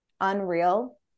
unreal